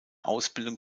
ausbildung